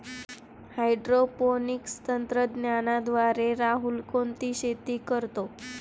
Hydroponics तंत्रज्ञानाद्वारे राहुल कोणती शेती करतो?